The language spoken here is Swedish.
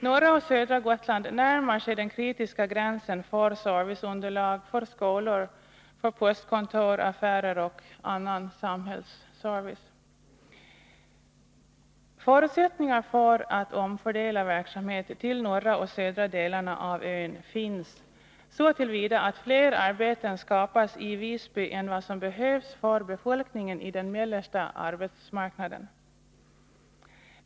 Norra och södra Gotland närmar sig den kritiska gränsen för serviceunderlag för skolor, postkontor, affärer och annan samhällsservice. Förutsättningar för att omfördela verksamhet till norra och södra delarna av Ön finns så till vida att fler arbeten skapas i Visby än vad som behövs för befolkningen i den mellersta arbetsmarknaden.